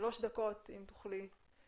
בשלוש דקות בבקשה.